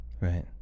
Right